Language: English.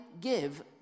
give